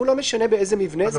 לא משנה באיזה מבנה זה.